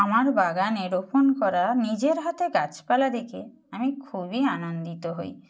আমার বাগানে রোপণ করা নিজের হাতে গাছপালা দেখে আমি খুবই আনন্দিত হই